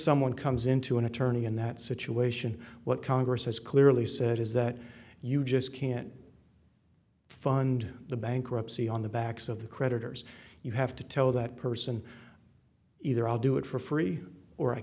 someone comes in to an attorney in that situation what congress has clearly said is that you just can't fund the bankruptcy on the backs of the creditors you have to tell that person either i'll do it for free or i